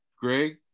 Greg